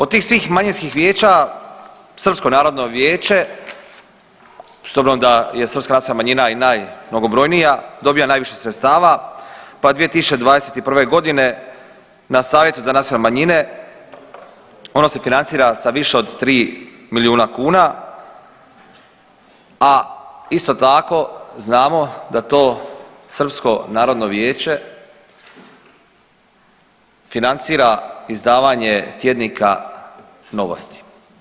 Od tih svih manjinskih vijeća Srpsko narodno vijeće s obzirom da je i srpska nacionalna manjina i najmnogobrojnije, dobiva najviše sredstava pa 2021.g. na Savjetu za nacionalne manjine ono se financira sa više od 3 milijuna kuna, a isto tako znamo da to Srpsko narodno vijeće financira izdavanje tjednika Novosti.